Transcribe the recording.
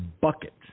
bucket